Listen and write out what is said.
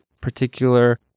particular